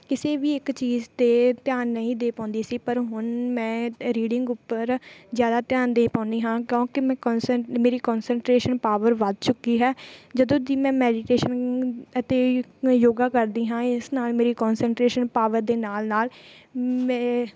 ਕਿਸੇ ਵੀ ਇੱਕ ਚੀਜ਼ 'ਤੇ ਧਿਆਨ ਨਹੀਂ ਦੇ ਪਾਉਂਦੀ ਸੀ ਪਰ ਹੁਣ ਮੈਂ ਰੀਡਿੰਗ ਉੱਪਰ ਜ਼ਿਆਦਾ ਧਿਆਨ ਦੇ ਪਾਉਂਦੀ ਹਾਂ ਕਿਉਂਕਿ ਮੈਂ ਕੋਨਸੈਂਟ ਮੇਰੀ ਕੋਨਸਟਰੇਸ਼ਨ ਪਾਵਰ ਵੱਧ ਚੁੱਕੀ ਹੈ ਜਦੋਂ ਦੀ ਮੈਂ ਮੈਡੀਟੇਸ਼ਨ ਅਤੇ ਯੋਗਾ ਕਰਦੀ ਹਾਂ ਇਸ ਨਾਲ ਮੇਰੀ ਕੋਨਸਟਰੇਸ਼ਨ ਪਾਵਰ ਦੇ ਨਾਲ ਨਾਲ